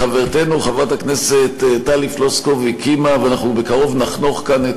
חברתנו חברת הכנסת טלי פלוסקוב הקימה ובקרוב נחנוך כאן,